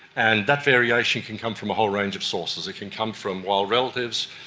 and that variation can come from a whole range of sources, it can come from wild relatives.